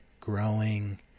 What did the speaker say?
growing